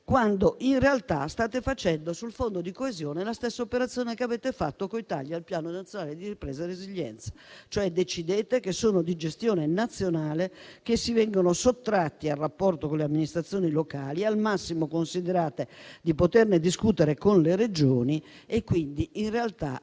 quando in realtà sul Fondo di coesione state facendo la stessa operazione che avete fatto coi tagli al Piano nazionale di ripresa e resilienza, e cioè decidete che sono di gestione nazionale, che vengono sottratti al rapporto con le amministrazioni locali e al massimo considerate di poterne discutere con le Regioni. In realtà,